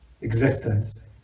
Existence